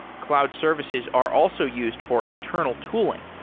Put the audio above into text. cloud services are also used for internal tooling.